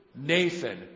Nathan